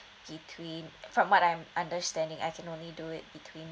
between from what I'm understanding I can only do it between